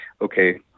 okay